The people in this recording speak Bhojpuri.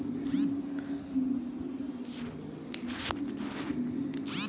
किस्त जमा करे के अंतिम तारीख का रही?